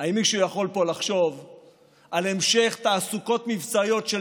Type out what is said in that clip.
האם מישהו יכול פה לחשוב על המשך תעסוקות מבצעיות של